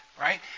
right